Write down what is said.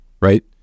right